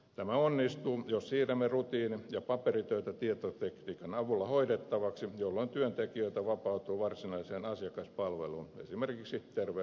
tämä onnistuu jos siirrämme rutiini ja paperitöitä tietotekniikan avulla hoidettaviksi jolloin tekijöitä vapautuu varsinaiseen asiakaspalveluun esimerkiksi terveydenhoidossa